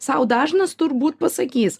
sau dažnas turbūt pasakys